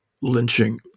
lynching